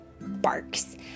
barks